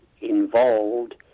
involved